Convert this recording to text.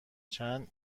چند